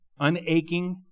unaching